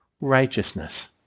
righteousness